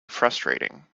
frustrating